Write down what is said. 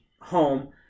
home